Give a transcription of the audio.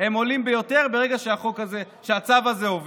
הם עולים ביותר ברגע שהצו הזה עובר.